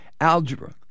algebra